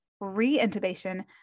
re-intubation